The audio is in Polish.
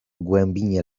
głębinie